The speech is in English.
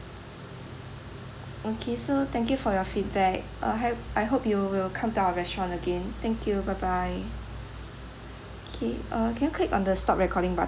okay so thank you for your feedback uh have I hope you will come down our restaurant again thank you bye bye K uh can you click on the stop recording button